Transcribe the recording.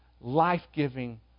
life-giving